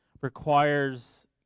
requires